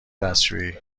دستشویی